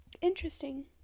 Interesting